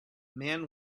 man